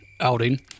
outing